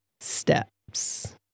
steps